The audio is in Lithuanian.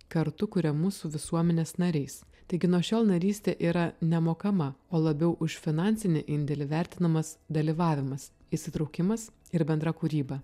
kartu kuria mūsų visuomenės nariais taigi nuo šiol narystė yra nemokama o labiau už finansinį indėlį vertinamas dalyvavimas įsitraukimas ir bendra kūryba